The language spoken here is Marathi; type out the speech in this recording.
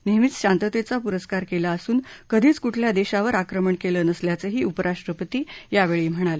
नेहमीच शांततेचा पुरस्कार केला असून कधीच कुठल्या देशावर आक्रमण केलं नसल्याचंही उपराष्ट्रपती यावेळी म्हणाले